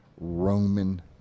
Roman